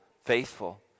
faithful